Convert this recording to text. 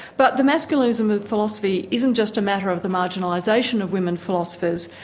but the masculinism of philosophy isn't just a matter of the marginalisation of women philosophers,